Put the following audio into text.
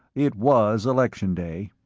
it was election day.